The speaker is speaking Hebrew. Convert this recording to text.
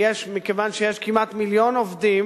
מכיוון שיש כמעט מיליון עובדים